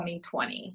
2020